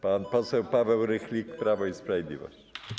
Pan poseł Paweł Rychlik, Prawo i Sprawiedliwość.